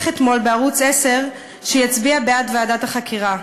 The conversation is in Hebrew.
אתמול בערוץ 10 שיצביע בעד ועדת החקירה.